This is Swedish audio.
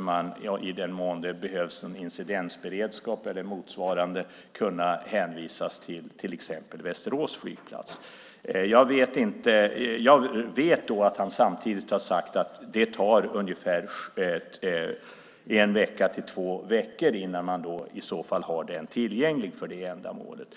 man i den mån det behövs en incidensberedskap eller motsvarande ska kunna hänvisas till exempel till Västerås flygplats. Jag vet att han samtidigt har sagt att det tar ungefär en till två veckor innan man i så fall har den tillgänglig för ändamålet.